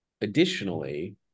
additionally